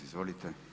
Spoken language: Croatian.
Izvolite.